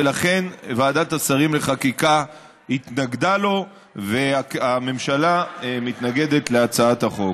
ולכן ועדת השרים לחקיקה התנגדה לו והממשלה מתנגדת להצעת החוק.